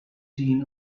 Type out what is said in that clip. seen